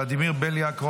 ולדימיר בליאק,